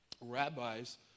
rabbis